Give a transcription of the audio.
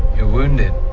you're wounded.